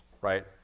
right